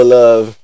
love